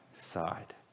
side